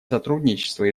сотрудничество